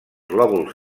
lòbuls